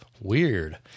Weird